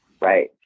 Right